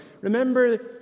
Remember